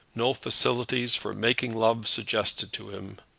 no facilities for making love suggested to him.